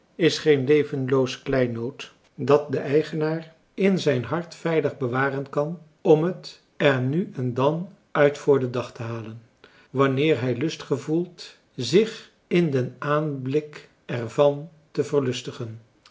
is geen levenloos kleinood dat de eigenaar in zijn hart veilig bewaren kan om het er nu en dan uit voor den dag te halen wanneer hij lust gevoelt zich in den aanblik er van te